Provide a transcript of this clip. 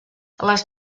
les